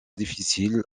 difficiles